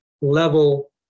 level